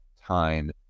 time